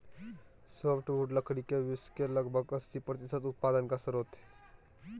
softwood लकड़ी के विश्व के लगभग अस्सी प्रतिसत उत्पादन का स्रोत हइ